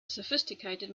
sophisticated